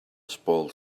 spoiled